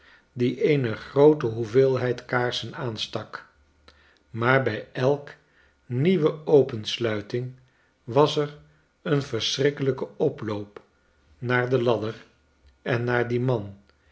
die eene groote hoeveelheid kaarsen aanstak maar bij elke nieuwe opensluiting was er een verschrikkelijke oploop naar de ladder en naar dien man